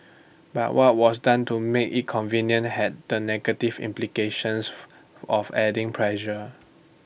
but what was done to make IT convenient had the negative implications of adding pressure